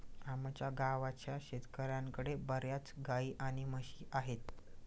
आमच्या गावाच्या शेतकऱ्यांकडे बर्याच गाई आणि म्हशी आहेत